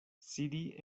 sidi